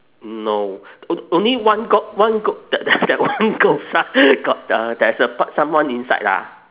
no o~ only one got one got that that that one girl inside got a there's a someone inside lah